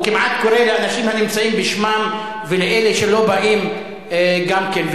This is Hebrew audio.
הוא כמעט קורא לאנשים הנמצאים בשמם ולאלה שלא באים גם כן,